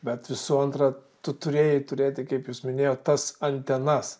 bet visų antra tu turėjai turėti kaip jūs minėjot tas antenas